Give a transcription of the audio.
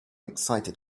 excited